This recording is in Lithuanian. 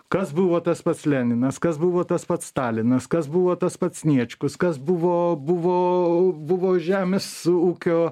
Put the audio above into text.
kas buvo tas pats leninas kas buvo tas pats stalinas kas buvo tas pats sniečkus kas buvo buvo buvo žemės ūkio